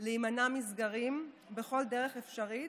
להימנע מסגרים בכל דרך אפשרית,